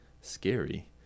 scary